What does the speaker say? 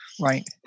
Right